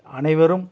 அனைவரும்